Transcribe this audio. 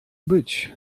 być